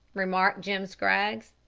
remarked jim scraggs.